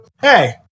Hey